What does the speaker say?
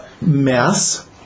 mass